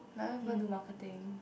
like every people do marketing